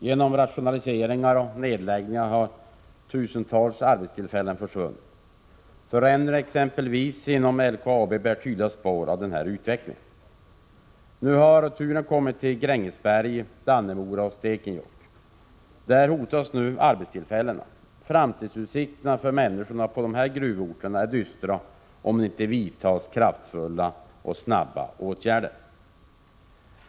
Genom rationaliseringar och nedläggningar har tusentals arbetstillfällen försvunnit. Förändringen inom exempelvis LKAB bär tydliga spår av den här utvecklingen. Nu har turen kommit till Grängesberg, Dannemora och Stekenjokk. Där hotas nu arbetstillfällena. Framtidsutsikterna för människorna på dessa gruvorter är dystra, om det inte vidtas kraftfulla och snara åtgärder.